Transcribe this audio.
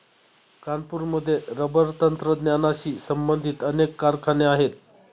कानपूरमध्ये रबर तंत्रज्ञानाशी संबंधित अनेक कारखाने आहेत